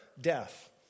Death